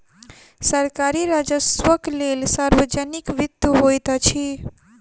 सरकारी राजस्वक लेल सार्वजनिक वित्त होइत अछि